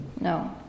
No